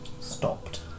Stopped